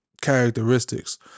characteristics